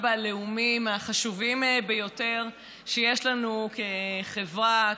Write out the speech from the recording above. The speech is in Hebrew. לאומי מהחשובים ביותר שיש לנו כחברה,